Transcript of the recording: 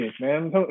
man